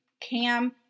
Cam